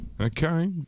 Okay